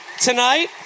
tonight